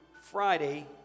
Friday